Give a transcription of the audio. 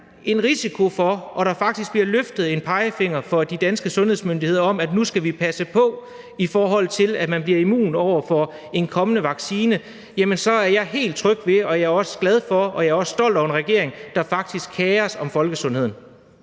en risiko for det og der faktisk bliver løftet en pegefinger af de danske sundhedsmyndigheder om, at vi skal passe på, at man ikke bliver immun over for en kommende vaccine, så er jeg helt tryg ved og også glad for og stolt over en regering, der faktisk kerer sig om folkesundheden.